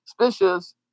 suspicious